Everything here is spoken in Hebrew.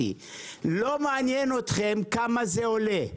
לא מעניין אתכם כמה זה עולה.